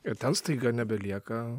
ir ten staiga nebelieka